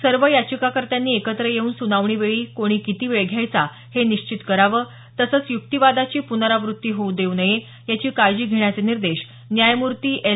सर्व याचिकाकर्त्यांनी एकत्र येऊन सुनावणीवेळी कोणी किती वेळ घ्यायचा हे निश्चित करावं तसंच युक्तीवादाची पुनरावृत्ती होऊ देऊ नये याची काळजी घेण्याचे निर्देश न्यायमूर्ती एल